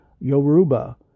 Yoruba